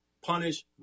punish